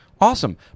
Awesome